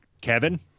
Kevin